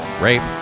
rape